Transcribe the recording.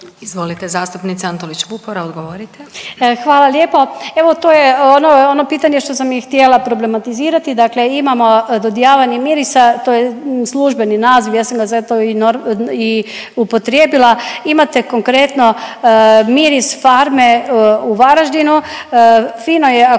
odgovorite. **Antolić Vupora, Barbara (SDP)** Hvala lijepo. Evo to je ono pitanje što sam i htjela problematizirati, dakle imamo dodijavanje mirisa, to je službeni naziv, ja sam zato i upotrijebila, imate konkretno miris farme u Varaždinu,